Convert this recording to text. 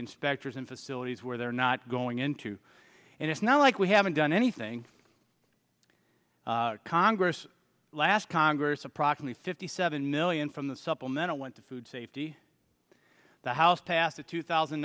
inspectors in facilities where they're not going into and it's not like we haven't done anything congress last congress approximately fifty seven million from the supplemental went to food safety the house passed a two thousand